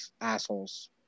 assholes